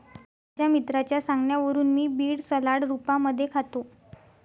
माझ्या मित्राच्या सांगण्यावरून मी बीड सलाड रूपामध्ये खातो